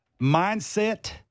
mindset